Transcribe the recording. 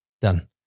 Done